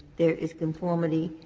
there is conformity.